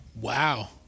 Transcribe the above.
wow